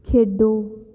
ਖੇਡੋ